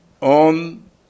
on